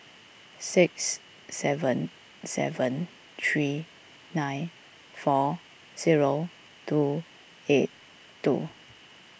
six seven seven three nine four zero two eight two